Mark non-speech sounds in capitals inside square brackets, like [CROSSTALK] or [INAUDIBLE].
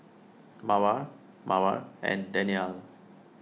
[UNINTELLIGIBLE] [UNINTELLIGIBLE] and Daniel